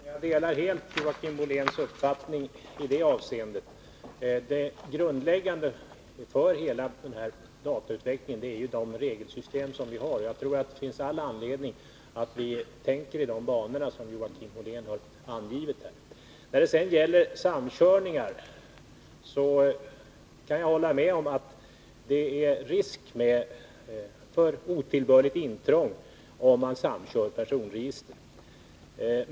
Fru talman! Jag delar helt Joakim Olléns uppfattning i detta avseende. Grundläggande för hela denna datautveckling är det regelsystem vi har. Jag tror att det finns all anledning att vi tänker i de banor som Joakim Ollén har angivit här. När det gäller samkörningar kan jag hålla med om att det finns risk för otillbörligt intrång om man samkör personregister.